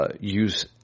use